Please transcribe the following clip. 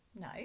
No